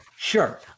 Sure